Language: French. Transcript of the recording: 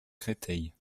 créteil